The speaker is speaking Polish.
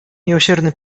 miłosierny